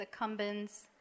accumbens